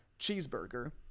cheeseburger